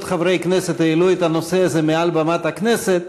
חברי כנסת העלו את הנושא הזה מעל במת הכנסת,